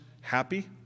happy